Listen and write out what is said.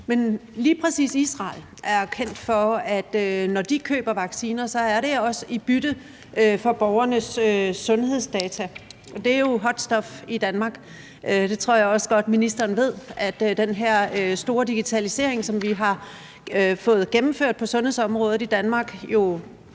men lige præcis Israel er kendt for, at når de køber vacciner, så sker det også i bytte for borgernes sundhedsdata, og det er jo en varm kartoffel i Danmark. Jeg tror også godt, at ministeren ved, at den her store digitalisering, som vi har fået gennemført på sundhedsområdet i Danmark,